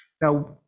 Now